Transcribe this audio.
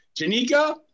Janika